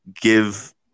give